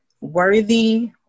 worthy